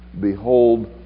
Behold